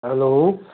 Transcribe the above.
hello